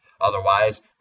Otherwise